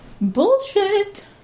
Bullshit